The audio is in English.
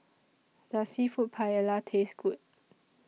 Does Seafood Paella Taste Good